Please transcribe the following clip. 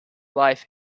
life